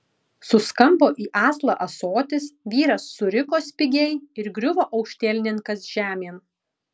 suskambo į aslą ąsotis vyras suriko spigiai ir griuvo aukštielninkas žemėn